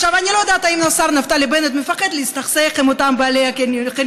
אני לא יודעת אם השר נפתלי בנט מפחד להסתכסך עם אותם בעלי החניונים.